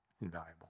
invaluable